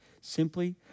simply